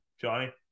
Johnny